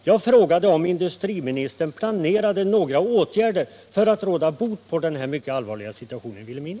Jag frågade om industriministern planerade några åtgärder för att råda bot på den mycket allvarliga situationen i Vilhelmina.